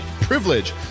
privilege